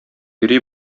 йөри